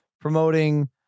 promoting